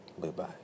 Goodbye